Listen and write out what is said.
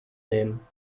nehmen